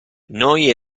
noi